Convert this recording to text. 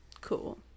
cool